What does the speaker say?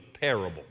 parable